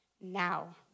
now